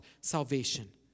salvation